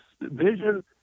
vision